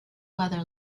weather